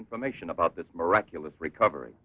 information about this miraculous recover